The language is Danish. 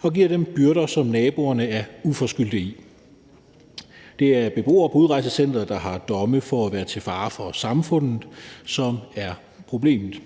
og giver dem byrder, som naboerne er uforskyldte i. Det er beboere på udrejsecenteret, der har domme for at være til fare for samfundet, som er problemet.